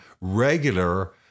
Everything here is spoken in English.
regular